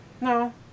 No